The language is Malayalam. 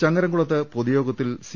ചങ്ങരങ്കുളത്ത് പൊതുയോഗത്തിൽ സി